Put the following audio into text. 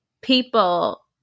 people